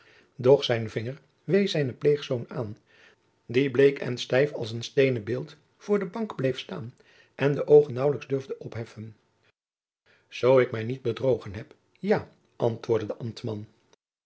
doch zijn vinger wees zijnen pleegzoon aan die bleek en stijf als een steenen beeld voor den bank bleef staan en de oogen naauwlijks durfde opheffen zoo ik mij niet bedrogen heb ja antwoordde de